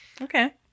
Okay